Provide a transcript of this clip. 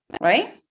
right